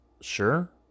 sure